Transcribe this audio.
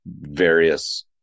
various